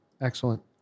Excellent